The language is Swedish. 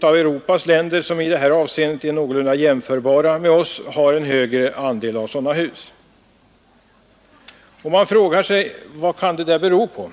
av Europas länder som i det här avseendet är någorlunda jämförbara med oss har en större andel småhus. Man frågar sig: Vad kan det bero på?